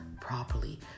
Properly